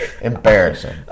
Embarrassing